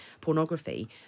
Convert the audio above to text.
pornography